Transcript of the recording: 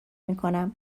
میکنم